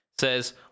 says